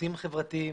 שירותים חברתיים,